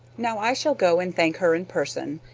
now i shall go and thank her in person,